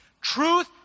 Truth